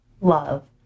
love